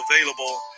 available